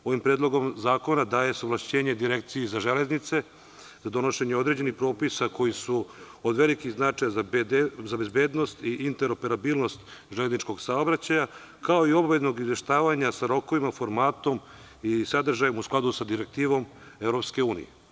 Ovim predlogom zakona daje se ovlašćenje Direkciji za železnice za donošenje određenih propisa koji su od velikog značaja za bezbednost i interoperabilnost železničkog saobraćaja, kao i obaveznog izveštavanja sa rokovima, formatom i sadržajem, u skladu sa Direktivom EU.